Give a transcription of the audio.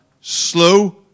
slow